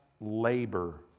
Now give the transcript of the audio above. labor